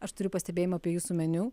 aš turiu pastebėjimų apie jūsų meniu